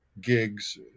gigs